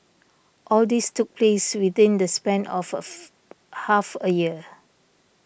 all this took place within the span of of half a year